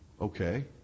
Okay